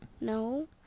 No